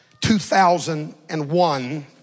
2001